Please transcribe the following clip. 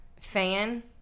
fan